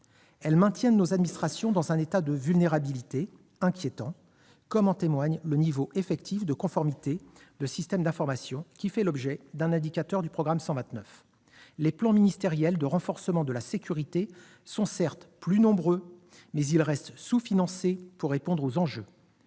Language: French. Elles maintiennent nos administrations dans un état de vulnérabilité inquiétant, comme en témoigne le niveau effectif de conformité de systèmes d'information, qui fait l'objet d'un indicateur du programme 129. Certes, les plans ministériels de renforcement de la sécurité sont plus nombreux, mais ils restent sous-financés pour répondre aux enjeux.